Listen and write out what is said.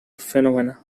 phenomena